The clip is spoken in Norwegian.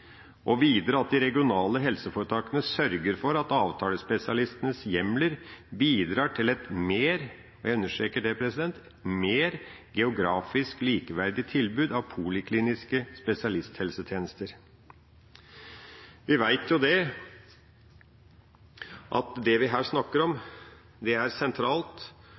og videre at de regionale helseforetakene sørger for at avtalespesialistenes hjemler bidrar til et mer – og jeg understreker det – mer geografisk likeverdig tilbud av polikliniske spesialisthelsetjenester. Vi vet jo at det vi her snakker om, er sentralt,